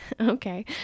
okay